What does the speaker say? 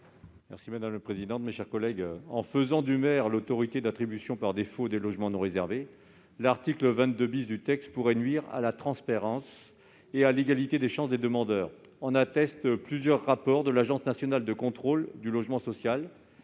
Salmon, pour présenter l'amendement n° 1208. En faisant du maire l'autorité d'attribution par défaut des logements non réservés, l'article 22 pourrait nuire à la transparence et à l'égalité des chances des demandeurs. En attestent plusieurs rapports de l'Agence nationale de contrôle du logement social